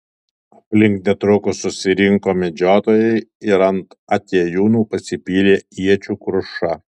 aplink netrukus susirinko medžiotojai ir ant atėjūnų pasipylė iečių kruša